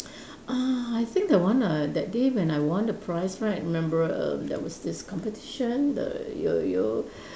uh I think the one uh that day when I won the prize right remember err there was this competition the yo-yo